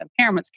impairments